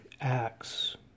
Acts